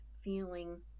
feeling